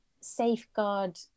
safeguard